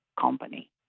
company